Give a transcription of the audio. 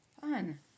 Fun